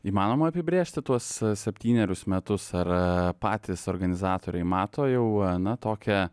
įmanoma apibrėžti tuos septynerius metus ar patys organizatoriai mato jau na tokią